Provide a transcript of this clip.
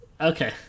Okay